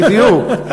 בדיוק.